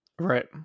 Right